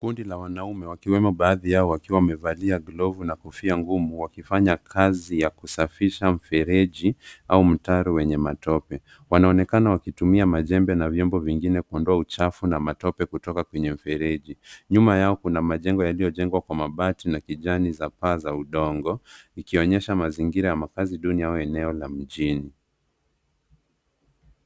Kundi la wanaume wakiwemo baadhi ya hawa wamevalia glovu na kofia ngumu wakifanya kazi ya kusafisha mfereji au mtaro wenye matope .Wanaonekana wakitumia majembe na vyombo vingine kuondoa uchafu na matope kutoka kwenye mfereji .Nyuma yao ,kuna majengo yaliyojengwa kwa mabati na kijani za paa za udongo zikionyesha mazingira ya makazi duni kwenye eneo la mjini.